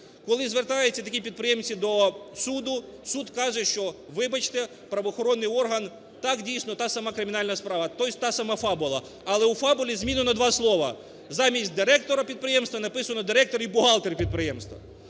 Коли звертаються такі підприємці до суду, суд каже, що, вибачте, правоохоронний орган, так, дійсно, та сама кримінальна справа, тоесть та сама фабула. Але у фабулі змінено два слова: замість "директора підприємства" написано "директор і бухгалтер підприємства".